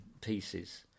pieces